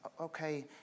Okay